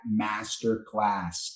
Masterclass